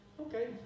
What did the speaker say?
Okay